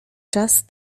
czas